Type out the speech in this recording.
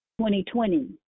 2020